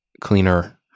cleaner